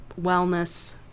wellness